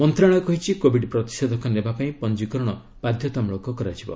ମନ୍ତ୍ରଣାଳୟ କହିଛି କୋବିଡ୍ ପ୍ରତିଷେଧକ ନେବାପାଇଁ ପଞ୍ଜିକରଣ ବଧ୍ୟତାମଳକ କରାଯିବ